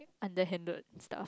underhanded stuff